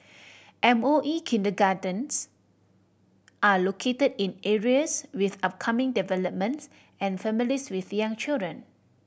M O E kindergartens are located in areas with upcoming developments and families with young children